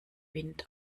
wind